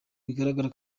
bigaragara